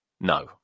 No